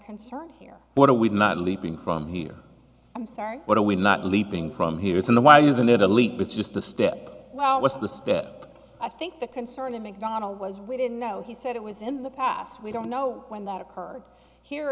concern here what are we not leaping from here i'm sorry what are we not leaping from here isn't the why isn't it a leap it's just a step well what's the step i think the concern in mcdonnell was we didn't know he said it was in the past we don't know when that occurred here